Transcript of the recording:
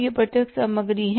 यह प्रत्यक्ष सामग्री है